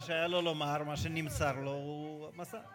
מה שהיה לו לומר, מה שנמסר לו, הוא מסר.